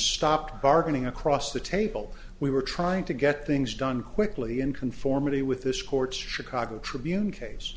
stopped bargaining across the table we were trying to get things done quickly in conformity with this court's chicago tribune case